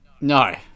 No